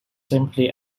simply